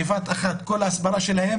בבת אחת כל ההסברה שלהם